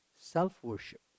Self-worship